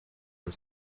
for